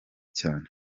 cyane